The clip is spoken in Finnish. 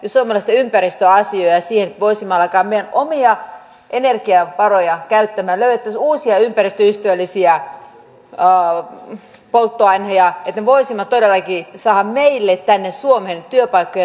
ja siihen voisimme alkaa meidän omia energiavaroja käyttämään löydettäisiin uusia ympäristöystävällisiä polttoaineita että me voisimme todellakin saada meille tänne suomeen työpaikkoja ja toimintoja